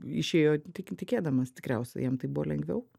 išėjo tikėdamas tikriausiai jam tai buvo lengviau